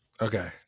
Okay